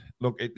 look